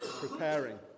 preparing